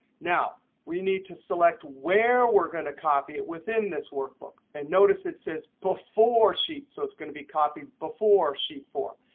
now we need to select where we're going to copy it within this workbook. and notice it says before sheet. so it's going to be copied before sheet four.